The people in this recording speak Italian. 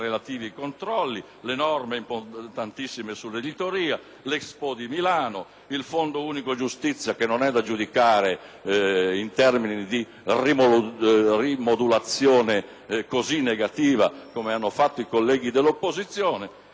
il Fondo unico giustizia, che non è da giudicare in termini di una rimodulazione così negativa come hanno fatto i colleghi dell'opposizione e, da ultimo, la cartolarizzazione